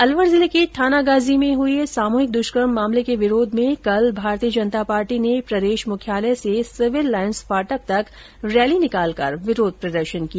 अलवर जिले के थानागाजी में हुए सामूहिक दुष्कर्म मामले के विरोध में कल भारतीय जनता पार्टी ने प्रदेश मुख्यालय से सिविल लाइन्स फाटक तक रैली निकालकर विरोध प्रदर्शन किया